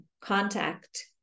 contact